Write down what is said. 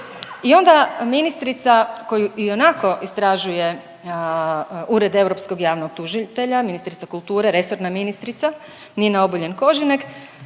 I onda ministrica koju ionako istražuje Ured europskog javnog tužitelja ministrica kulture, resorna ministrica Nina Obuljen Koržinek